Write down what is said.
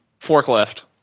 Forklift